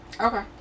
Okay